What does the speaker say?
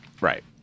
Right